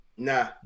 Nah